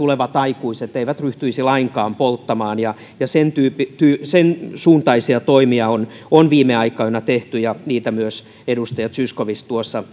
tulevat aikuiset eivät ryhtyisi lainkaan polttamaan sen suuntaisia toimia on on viime aikoina tehty ja niitä myös edustaja zyskowicz tuossa